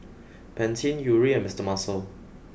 Pantene Yuri and Mister Muscle